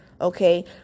Okay